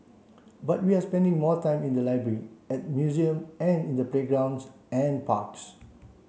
but we are spending more time in the library at museums and in the playgrounds and parks